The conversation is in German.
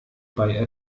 bei